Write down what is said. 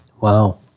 Wow